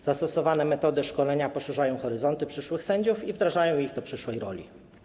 Zastosowane metody szkolenia poszerzają horyzonty przyszłych sędziów i wdrażają ich do przyszłej roli.